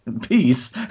peace